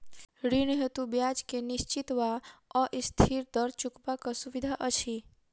ऋण हेतु ब्याज केँ निश्चित वा अस्थिर दर चुनबाक सुविधा अछि